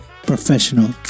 professional